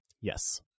Yes